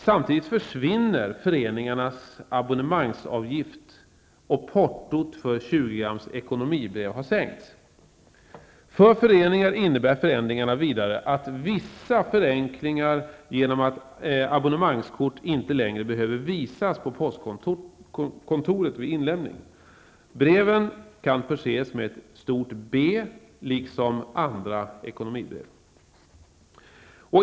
Samtidigt försvinner föreningarnas abonnemangsavgift, och portot för 20-grams ekonomibrev har sänkts. För föreningar innebär förändringarna vidare vissa förenklingar genom att abonnemangskort inte längre behöver visas på postkontoret vid inlämning. Breven kan förses med ''B'' liksom andra ekonomibrev.